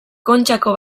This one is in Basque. kontxako